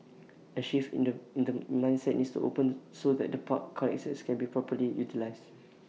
A shift in the in the mindset needs open so that the park connectors can be properly utilised